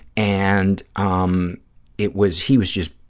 and um it was, he was just,